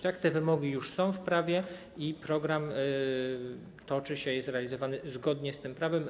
Te wymogi już są w prawie i program działa, jest realizowany zgodnie z tym prawem.